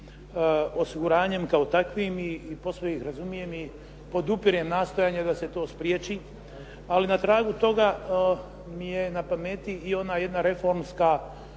osiguranjem kao takvim i posve ih razumijem i podupirem nastojanje da se to spriječi. Ali na tragu toga mi je na pameti i ona jedna reformska